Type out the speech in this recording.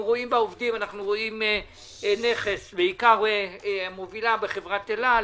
אנו רואים בעובדים נכס, בעיקר מובילה בחברת אל על.